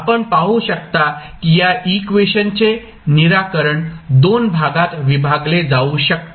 आपण पाहू शकता की या इक्वेशनचे निराकरण दोन भागात विभागले जाऊ शकते